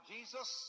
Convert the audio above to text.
Jesus